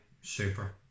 Super